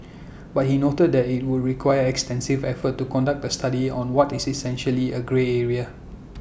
but he noted that IT would require extensive efforts to conduct A study on what is essentially A grey area